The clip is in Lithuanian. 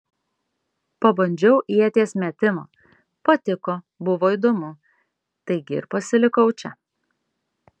pabandžiau ieties metimą patiko buvo įdomu taigi ir pasilikau čia